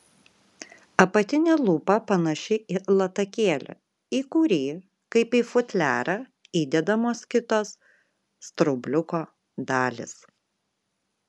apatinė lūpa panaši į latakėlį į kurį kaip į futliarą įdedamos kitos straubliuko dalys